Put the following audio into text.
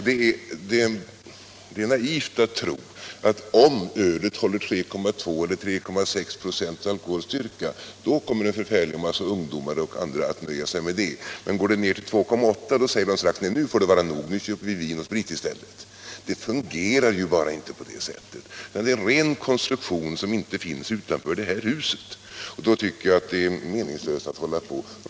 Det är naivt att tro att en stor mängd ungdomar och andra kommer att nöja sig med ett öl med 3,2 eller 3,6 26 alkoholstyrka, men går styrkan ner till 2,8 26 säger de: Nej, nu får det vara nog, vi går över till vin och sprit i stället. Det fungerar ju bara inte på det sättet. Det är en ren konstruktion, som inte är grundad på verkligheten utanför detta hus. Mot den bakgrunden tycker jag att det är meningslöst att fortsätta att driva denna linje.